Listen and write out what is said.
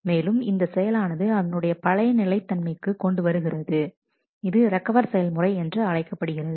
மேலும் இந்த செயலானது அதனுடைய பழைய நிலை தன்மைக்கு கொண்டு வருகிறது இது ரெக்கவர் செயல்முறை என்று அறியப்படுகிறது